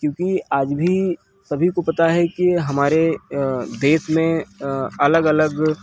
क्योंकि आज भी सभी को पता है कि हमारे अ देश में अ अलग अलग